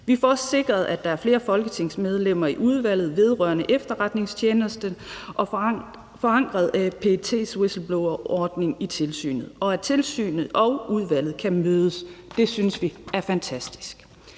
Vi får også sikret, at der er flere folketingsmedlemmer i Udvalget vedrørende Efterretningstjenesterne og forankret PET's whistleblowerordning i tilsynet, og at tilsynet og udvalget kan mødes. Det synes vi er fantastisk.